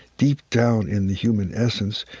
deep down in the human essence,